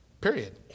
Period